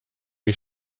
ich